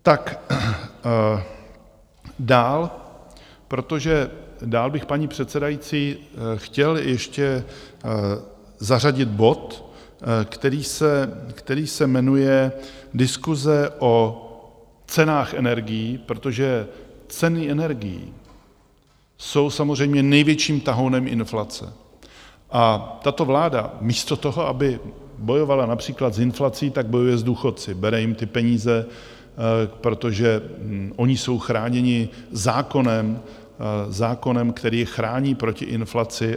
Tak dál, protože dál bych, paní předsedající, chtěl ještě zařadit bod, který se jmenuje Diskuse o cenách energií, protože ceny energií jsou samozřejmě největším tahounem inflace a tato vláda místo toho, aby bojovala například s inflací, tak bojuje s důchodci, bere jim ty peníze, protože oni jsou chráněni zákonem, který je chrání proti inflaci.